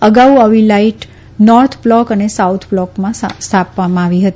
અગાઉ આવી light north block અને સાઉથ બ્લોકમાં સ્થાપવામાં આવી હતી